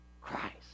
Christ